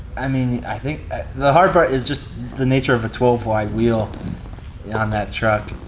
i mean, i think the hard part is just the nature of a twelve wide wheel on that truck.